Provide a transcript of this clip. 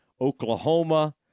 Oklahoma